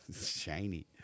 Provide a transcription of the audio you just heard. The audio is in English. shiny